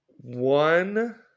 one